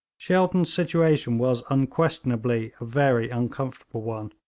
shelton's situation was unquestionably a very uncomfortable one,